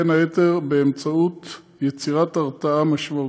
בין היתר באמצעות יצירת הרתעה משמעותית.